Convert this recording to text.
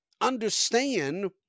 understand